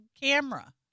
camera